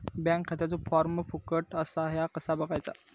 Bank खात्याचो form फुकट असा ह्या कसा बगायचा?